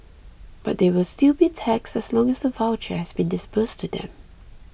but they will still be taxed as long as the voucher has been disbursed to them